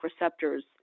receptors